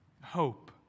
hope